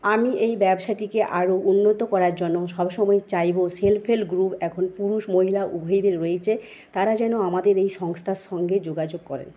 আমি এই ব্যবসাটিকে আরও উন্নত করার জন্য সব সময় চাইবো সেল্ফ হেল্প গ্রুপ এখন পুরুষ মহিলা উভয়েই রয়েছে তারা যেন আমাদের এই সংস্থার সঙ্গে যোগাযোগ করেন